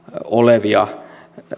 olevia